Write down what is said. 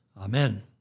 Amen